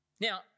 Now